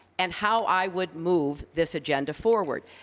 and how i would move this agenda forward.